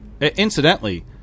Incidentally